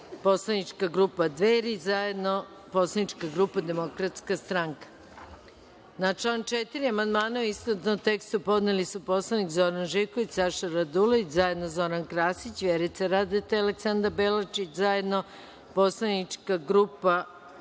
poslanička grupa Dveri, zajedno poslanička grupa DS.Na član 4. amandmane u istovetnom tekstu podneli su poslanik Zoran Živković, Saša Radulović, zajedno Zoran Krasić, Vjerica Radeta, Aleksandra Belačić, zajedno poslanička grupa Dveri,